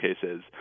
cases